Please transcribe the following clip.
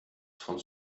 von